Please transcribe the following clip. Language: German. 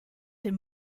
dem